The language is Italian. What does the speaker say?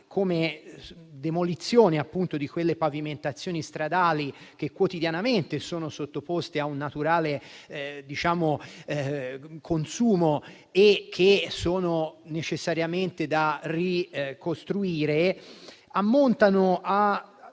dalla demolizione di quelle pavimentazioni stradali, che quotidianamente sono sottoposte a un naturale consumo e che sono necessariamente da ricostruire, ammontano a